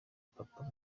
papa